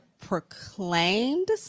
Proclaimed